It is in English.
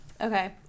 Okay